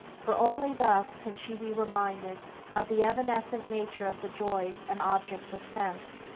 for only thus can she be reminded of the evanescent nature of the joys and objects of sense,